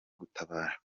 gutabara